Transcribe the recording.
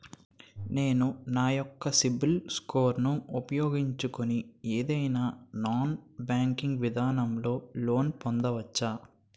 నేను నా యెక్క సిబిల్ స్కోర్ ను ఉపయోగించుకుని ఏదైనా నాన్ బ్యాంకింగ్ విధానం లొ లోన్ పొందవచ్చా?